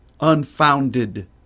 unfounded